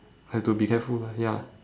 have to be careful lah ya